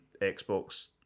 Xbox